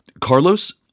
Carlos